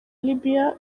libya